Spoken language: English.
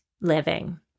living